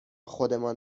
خودمان